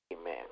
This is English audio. Amen